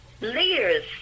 leaders